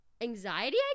anxiety